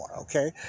Okay